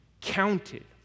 counted